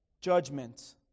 judgment